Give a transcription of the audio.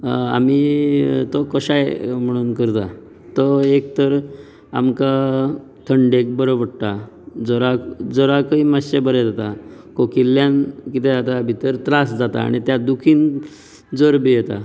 आमी तो कशाय म्हणून करतात तो एक तर आमकां थंडेक बरो पडटा जोरा जोराकय मातशें बरें जाता खोकिल्ल्यान कितें जाता भितर त्रास जाता आनी त्या दुखीन जोर बीन येता